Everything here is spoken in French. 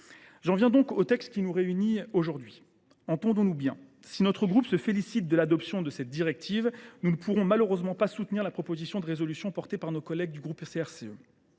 J’en viens au texte qui nous réunit aujourd’hui. Entendons nous bien, si notre groupe se félicite de l’adoption de cette directive, nous ne pourrons malheureusement pas soutenir la proposition de résolution portée par nos collègues du groupe CRCE